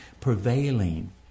prevailing